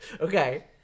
Okay